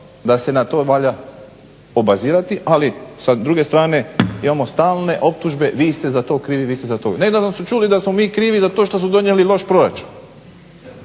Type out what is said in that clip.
da se na to valja obazirati, ali sa druge strane imamo stalne optužbe vi ste za to krivi, vi ste za to krivi. Nedavno su čuli da smo mi krivi za to što su donijeli loš proračun